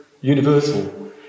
universal